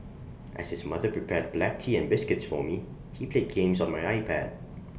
as his mother prepared black tea and biscuits for me he played games on my iPad